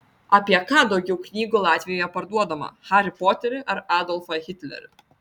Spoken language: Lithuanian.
apie ką daugiau knygų latvijoje parduodama harį poterį ar adolfą hitlerį